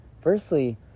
Firstly